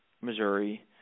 Missouri